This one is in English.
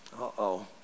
Uh-oh